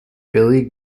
billy